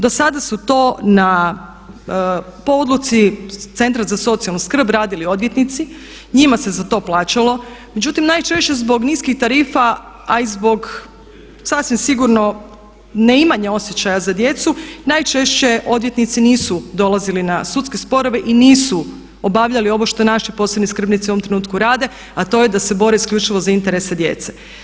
Dosada su to po odluci Centra za socijalnu skrb radili odvjetnici, njima se za to plaćalo, međutim najčešće zbog niskih tarifa a i zbog sasvim sigurno neimanja osjećaja za djecu najčešće odvjetnici nisu dolazili na sudske sporove i nisu obavljali ovo što naši posebni skrbnici u ovom trenutku rade, a to je da se bore isključivo za interese djece.